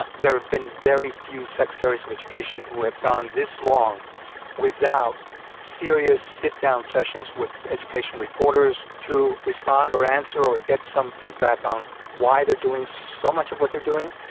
ah there have been very few secretaries of education who have gone this long without serious sit-down sessions with education reporters to respond or answer or get some feedback on why they're doing so much of what they're doing.